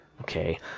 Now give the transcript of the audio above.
Okay